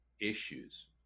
issues